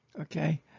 okay